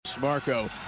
Marco